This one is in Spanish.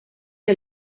que